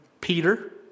Peter